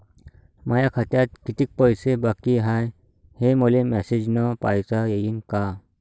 माया खात्यात कितीक पैसे बाकी हाय, हे मले मॅसेजन पायता येईन का?